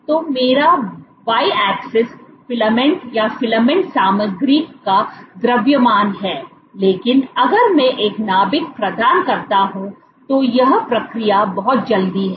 तो मेरी वाई अक्ष फिलामेंट या फिलामेंट सामग्री का द्रव्यमान है लेकिन अगर मैं एक नाभिक प्रदान करता हूं तो यह प्रक्रिया बहुत जल्दी है